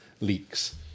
leaks